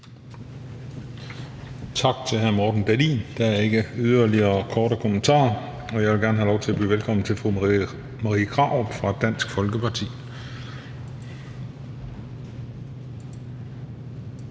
Tak til hr. Morten Dahlin. Der er ikke yderligere korte bemærkninger. Jeg vil gerne have lov til at byde velkommen til fru Marie Krarup for Dansk Folkeparti.